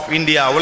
India